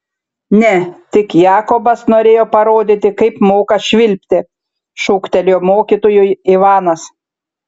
ne tik jakobas norėjo parodyti kaip moka švilpti šūktelėjo mokytojui ivanas